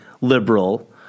liberal